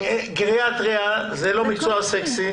גריאטריה זה לא מקצוע סקסי.